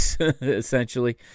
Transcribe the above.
essentially